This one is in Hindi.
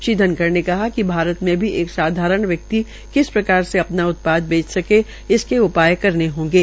श्रीधनखड़ ने कहा कि भारत में भी एक साधारण व्यक्ति किस प्रकार से अपना उत्पाद बेच सके इसके उपाय करने होंगे